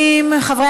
חברי